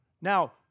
Now